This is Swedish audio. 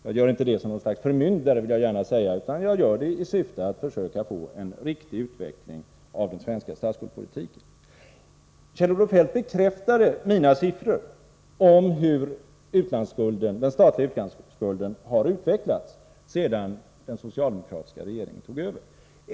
Jag säger inte detta som något slags förmyndare — det vill jag gärna framhålla — utan jag gör det i syfte att försöka få en riktig utveckling av den svenska statsskuldspolitiken. Kjell-Olof Feldt bekräftade mina siffror över hur den statliga utlandsskulden har utvecklats sedan den socialdemokratiska regeringen tog över.